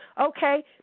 Okay